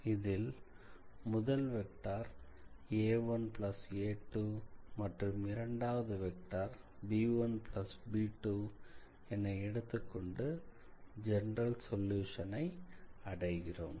இதில் முதல் vector a1 a2 மற்றும் இரண்டாவது வெக்டார் b1 b2 என எடுத்துக்கொண்டு ஜெனரல் சொல்யூஷன் ஐ அடைகிறோம்